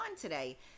today